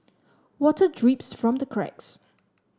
water drips from the cracks